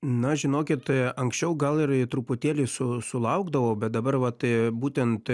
na žinokit anksčiau gal ir truputėlį su sulaukdavau bet dabar vat būtent